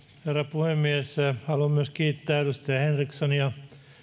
herra puhemies haluan myös kiittää edustaja henrikssonia